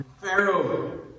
Pharaoh